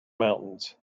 mountains